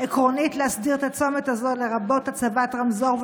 עקרונית להסדיר את הצומת הזה, לרבות הצבת רמזור.